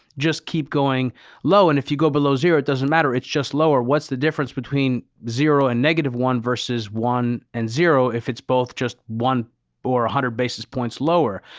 just keep going low. and if you go below zero, it doesn't matter, it's just lower. what's the difference between zero and negative one versus one and zero if it's both just one or a hundred basis points lower.